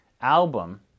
album